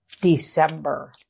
December